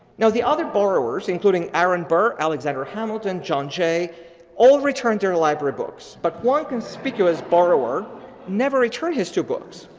now the other borrowers including aaron burr, alexander hamilton, john jay all returned their library books, but one conspicuous borrower never returned his two books.